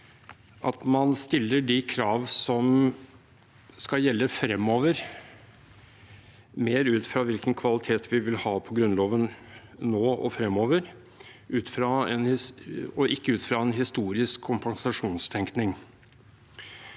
at man stiller de krav som skal gjelde fremover, mer ut fra hvilken kvalitet vi vil ha på Grunnloven nå og fremover, og ikke ut fra en historisk kompensasjonstenkning.